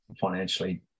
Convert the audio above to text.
financially